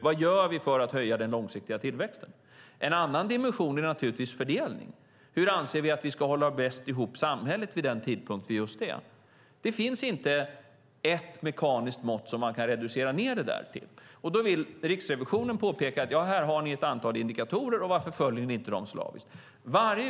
Vad gör vi för att höja den långsiktiga tillväxten? En annan dimension är fördelning. Hur anser vi att vi bäst håller ihop samhället vid den aktuella tidpunkten? Det finns inte ett mekaniskt mått som man kan reducera ned detta till. Riksrevisionen påpekar att det finns ett antal indikatorer och undrar varför vi inte följer dem slaviskt.